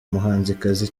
muhanzikazi